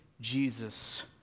Jesus